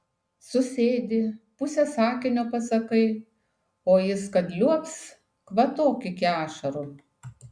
susėdi pusę sakinio pasakai o jis kad liuobs kvatok iki ašarų